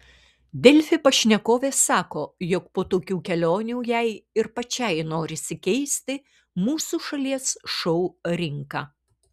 delfi pašnekovė sako jog po tokių kelionių jai ir pačiai norisi keisti mūsų šalies šou rinką